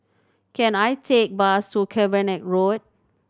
can I take a bus to Cavenagh Road